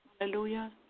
hallelujah